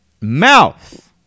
Mouth